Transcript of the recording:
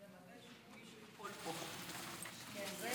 אדוני